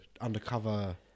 undercover